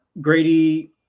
Grady